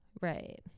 Right